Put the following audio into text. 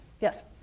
Yes